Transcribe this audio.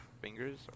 fingers